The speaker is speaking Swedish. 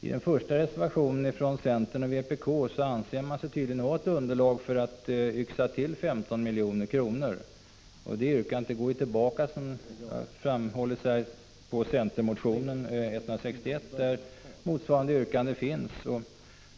I den första reservationen — från centern och vpk — anser man sig tydligen ha ett underlag för att yxa till 15 milj.kr. Det yrkandet går tillbaka på centermotion 161, där motsvarande yrkande finns.